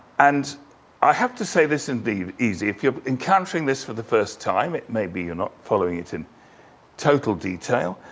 and i have to say this is indeed easy. if you're encountering this for the first time, it may be you're not following it and total detail.